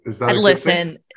listen